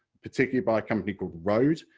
particularly by a company called rode,